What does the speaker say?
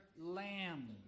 lamb